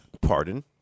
Pardon